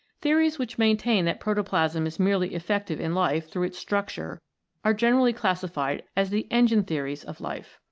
theories which maintain that protoplasm is merely effective in life through its structure are generally classified as the engine-theories of life.